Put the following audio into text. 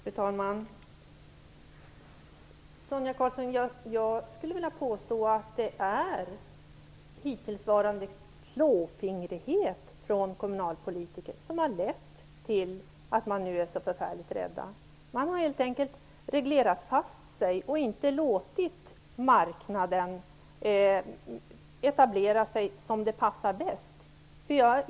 Fru talman! Jag skulle vilja påstå att det är hittillsvarande klåfingrighet från kommunalpolitiker som har lett till rädsla. Man har helt enkelt reglerat fast sig och inte tillåtit marknaden att etablera sig där det passar bäst.